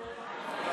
מס'